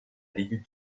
ligue